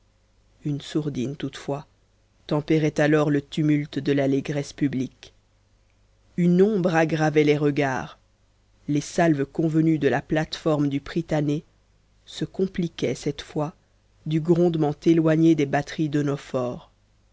une sourdine toutefois tempérait alors le tumulte de l'allégresse publique une ombre aggravait les regards les salves convenues de la plate-forme du prytanée se compliquaient cette fois du grondement éloigné des batteries de nos forts